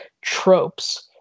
tropes